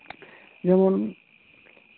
ᱡᱮᱢᱚᱱ